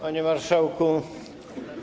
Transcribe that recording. Panie Marszałku!